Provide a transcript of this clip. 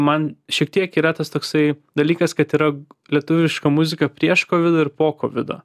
man šiek tiek yra tas toksai dalykas kad yra lietuviška muzika prieš kovidą ir po kovido